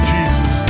Jesus